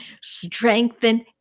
strengthen